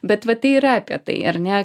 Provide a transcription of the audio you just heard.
bet va tai yra apie tai ar ne